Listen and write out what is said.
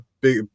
big